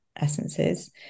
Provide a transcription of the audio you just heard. essences